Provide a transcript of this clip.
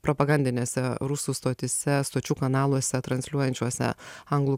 propagandinėse rusų stotyse stočių kanaluose transliuojančiuose anglų